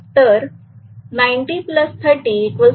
तर 9030120